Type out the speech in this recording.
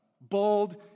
Bold